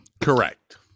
Correct